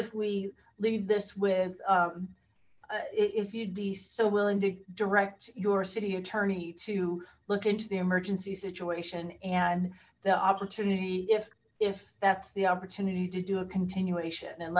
if we leave this with if you'd be so willing to direct your city attorney to look into the emergency situation and the opportunity if that's the opportunity to do a continuation and